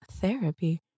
therapy